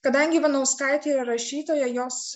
kadangi ivanauskaitė yra rašytoja jos